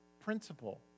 principle